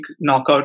knockout